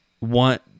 want